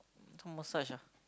do massage ah